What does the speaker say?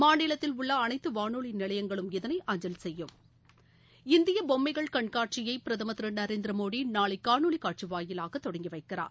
மாநிலத்தில் உள்ள அனைத்து வானொலி நிலையங்களும் இதனை அஞ்சல் செய்யும் இந்திய பொம்மைகள் கண்காட்சியை பிரதமர் திரு நரேந்திரமோடி நாளை காணொலி காட்சி வாயிலாக தொடங்கி வைக்கிறார்